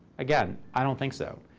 again, i don't think so.